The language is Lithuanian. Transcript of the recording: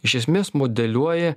iš esmės modeliuoji